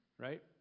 right